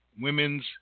Women's